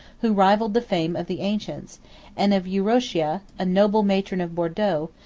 who rivalled the fame of the ancients and of euchrocia, a noble matron of bordeaux,